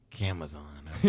Amazon